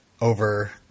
over